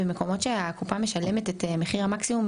במקומות שבהם הקופה משלמת את מחיר המקסימום,